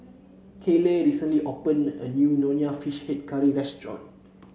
Kayleigh recently opened a new Nonya Fish Head restaurant